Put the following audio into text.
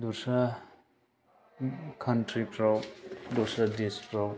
दस्रा काउन्ट्रिफोराव दस्रा देसफोराव